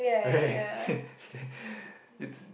right